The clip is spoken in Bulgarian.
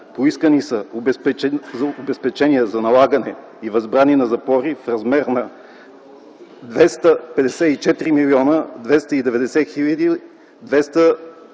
Поискани са обезпечения за налагане на възбрани и запори в размер на 254 млн. 920 хил.